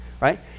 right